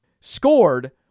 scored